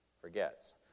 forgets